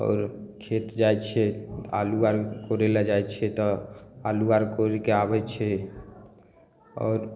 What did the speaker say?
आओर खेत जाइ छियै आलू आर कोरय लए जाइ छियै तऽ आलू आर कोरिके आबय छियै आओर